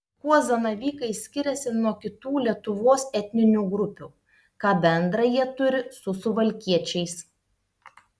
kuo zanavykai skiriasi nuo kitų lietuvos etninių grupių ką bendra jie turi su suvalkiečiais